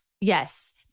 Yes